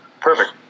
Perfect